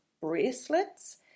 bracelets